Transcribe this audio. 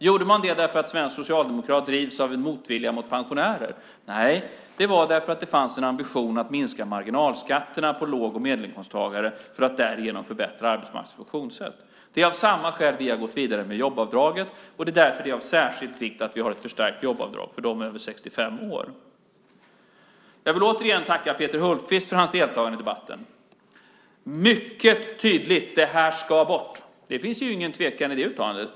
Gjordes det för att svenska socialdemokrater drivs av en motvilja mot pensionärer? Nej, det var för att det fanns en ambition att minska marginalskatterna för låg och medelinkomsttagare och därigenom förbättra arbetsmarknadens funktionssätt. Av samma skäl har vi gått vidare med jobbskatteavdraget, och därför är det av särskild vikt att vi har ett förstärkt jobbskatteavdrag för dem över 65 år. Jag vill återigen tacka Peter Hultqvist för hans deltagande i debatten. Han sade mycket tydligt: Det här ska bort. Det finns ingen tvekan i det uttalandet.